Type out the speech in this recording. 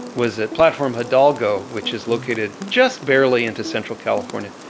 was at platform hidalgo, which is located just barely into central california.